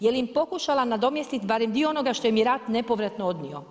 Je li im pokušala nadomjestiti barem dio onoga što im je rat nepovratno odnio?